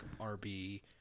RB –